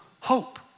hope